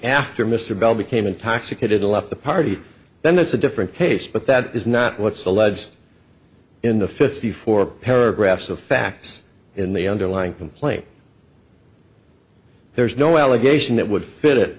after mr bell became intoxicated and left the party then that's a different case but that is not what's alleged in the fifty four paragraphs of facts in the underlying complaint there's no allegation that would fit